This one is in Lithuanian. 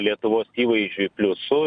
lietuvos įvaizdžiui pliusų